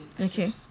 Okay